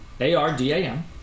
A-R-D-A-M